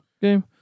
game